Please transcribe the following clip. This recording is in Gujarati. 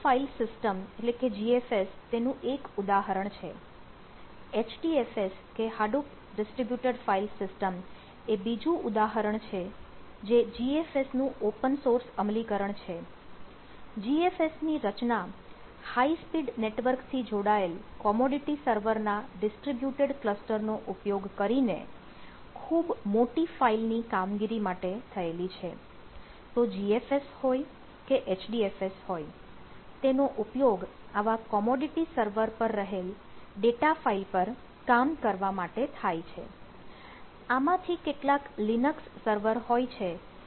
ગૂગલ ફાઇલ સિસ્ટમ સર્વર હોય છે જે એકબીજા સાથે હાઈ સ્પીડ લાઇનથી જોડાયેલ હોય છે